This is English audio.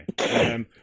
okay